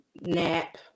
nap